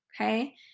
okay